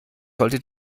sollte